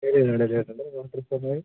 ഡെലിവെറിയുണ്ട് ഡെലിവെറിയുണ്ട് അഡ്രെസ് പറഞ്ഞോളി